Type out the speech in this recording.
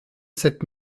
sept